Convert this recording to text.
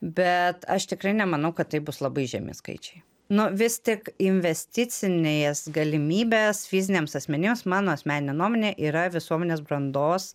bet aš tikrai nemanau kad tai bus labai žemi skaičiai nu vis tik investicinės galimybės fiziniams asmenims mano asmenine nuomone yra visuomenės brandos